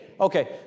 Okay